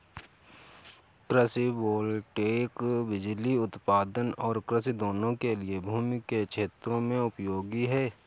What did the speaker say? कृषि वोल्टेइक बिजली उत्पादन और कृषि दोनों के लिए भूमि के क्षेत्रों में उपयोगी है